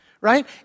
Right